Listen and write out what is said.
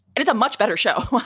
it's a much better show.